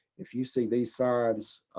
if you see the signs,